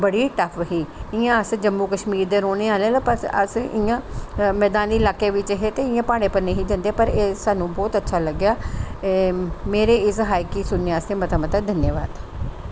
बड़ी टफ ही इयां अस जम्मू कशमीर दे रौहने आहले आं ते अस इयां मैदानी इलाके बिच हे ते इयां प्हाडे़ं उप्पर नेईं हे जंदे पर स्हानू बहुत अच्छा लग्गेआ ऐ मेरे इस हाइक कि सुनने आस्तै मता मता धन्यावाद